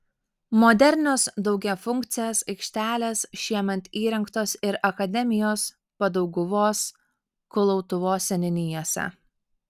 modernios daugiafunkcės aikštelės šiemet įrengtos ir akademijos padauguvos kulautuvos seniūnijose